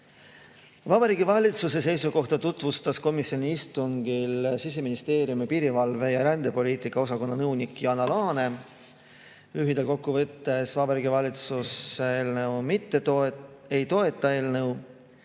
Vabariigi Valitsuse seisukohta tutvustas komisjoni istungil Siseministeeriumi piirivalve‑ ja rändepoliitika osakonna nõunik Jana Laane. Lühidalt kokku võttes, Vabariigi Valitsus ei toeta seda